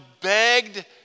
begged